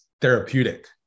therapeutic